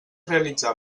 realitzar